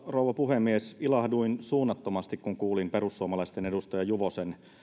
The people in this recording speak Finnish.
rouva puhemies ilahduin suunnattomasti kun kuulin perussuomalaisten edustaja juvosen